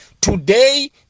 Today